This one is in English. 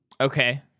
Okay